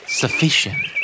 sufficient